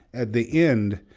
at the end,